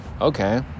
okay